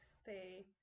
stay